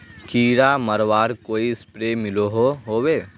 कीड़ा मरवार कोई स्प्रे मिलोहो होबे?